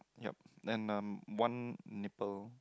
yeap and um one nipple